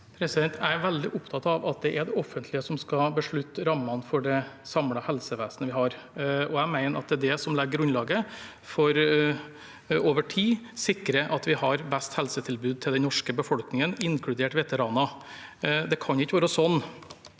Jeg er veldig opptatt av at det er det offentlige som skal beslutte rammene for det samlede helsevesenet vi har, og jeg mener at det er det som legger grunnlaget for at vi over tid sikrer at vi har det beste helsetilbudet til den norske befolkningen, inkludert veteraner. Det kan ikke være sånn